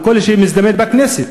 כשמזדמן בכנסת.